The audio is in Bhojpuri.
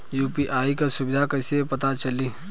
यू.पी.आई क सुविधा कैसे पता चली?